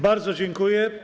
Bardzo dziękuję.